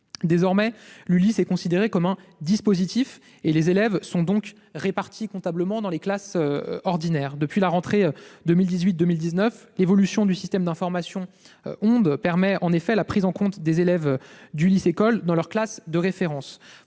Désormais, l'ULIS est considérée comme un « dispositif» et les élèves sont donc « répartis » comptablement dans les classes ordinaires. Depuis la rentrée scolaire 2018-2019, l'évolution du système d'information, ONDE, permet en effet la prise en compte des élèves d'ULIS-école dans leur classe de référence.